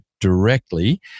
directly